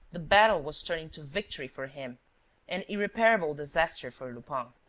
the battle was turning to victory for him and irreparable disaster for lupin.